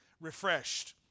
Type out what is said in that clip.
refreshed